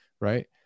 Right